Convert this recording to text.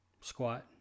squat